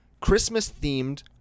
Christmas-themed